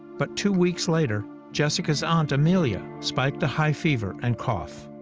but two weeks later, jessica's aunt amelia spiked a high fever and cough.